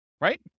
right